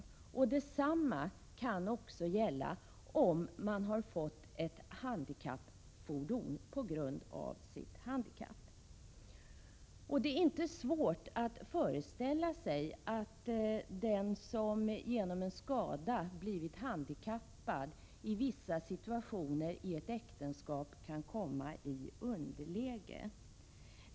Detsamma kan också gälla om man har fått ett handikappfordon på grund av sitt handikapp. Det är inte svårt att föreställa sig att den som genom en skada blivit handikappad i vissa situationer i ett äktenskap kan komma i underläge.